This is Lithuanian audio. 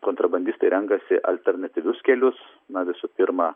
kontrabandistai renkasi alternatyvius kelius na visų pirma